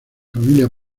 familia